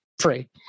free